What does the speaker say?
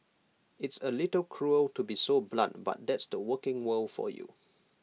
it's A little cruel to be so blunt but that's the working world for you